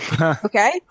Okay